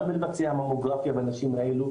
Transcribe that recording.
גם לבצע ממוגרפיה בנשים האלו,